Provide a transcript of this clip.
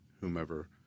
whomever